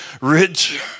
Rich